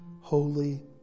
Holy